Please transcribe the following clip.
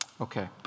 Okay